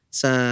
sa